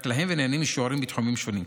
להם ונהנים משיעורים בתחומים שונים.